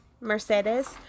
Mercedes